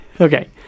Okay